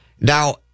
Now